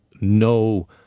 no